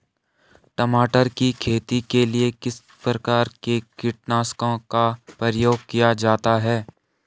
टमाटर की खेती के लिए किस किस प्रकार के कीटनाशकों का प्रयोग किया जाता है?